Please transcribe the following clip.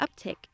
uptick